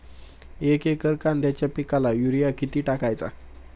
एक एकर कांद्याच्या पिकाला युरिया किती टाकायचा?